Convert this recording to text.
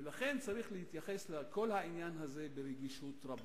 ולכן צריך להתייחס לכל העניין ברגישות רבה.